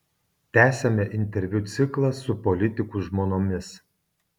tęsiame interviu ciklą su politikų žmonomis